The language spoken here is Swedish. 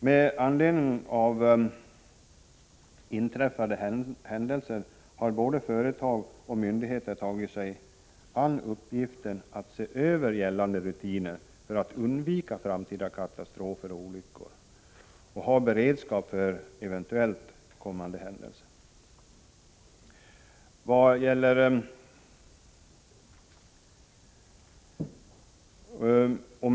Med anledning av inträffade händelser har både företag och myndigheter tagit sig an uppgiften att se över gällande rutiner för att undvika framtida olyckor och katastrofer och ha beredskap för eventuella händelser i framtiden.